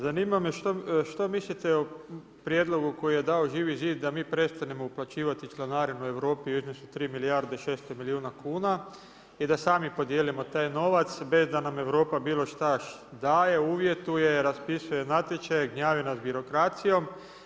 Zanima me što mislite o prijedlogu koji je dao Živi zid da mi prestanemo uplaćivati članarinu Europi u iznosu od 3 milijarde 600 milijuna kuna i da sami podijelimo taj novac bez da nam Europa bilo šta daje, uvjetuje, raspisuje natječaje, gnjave nas birokracijom?